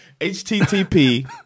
HTTP